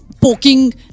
poking